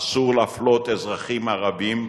אסור להפלות אזרחים ערבים,